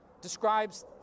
describes